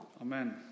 Amen